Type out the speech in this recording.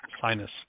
sinus